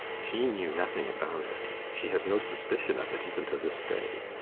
she knew nothing about it. she has no suspicion of it, even to this day.